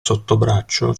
sottobraccio